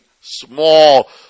small